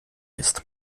ist